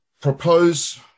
propose